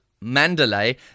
Mandalay